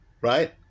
right